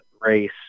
race